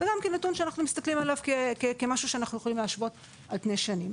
וגם כנתון שאנחנו מסתכלים עליו כמשהו שאנחנו יכולים להשוות על-פני שנים.